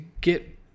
get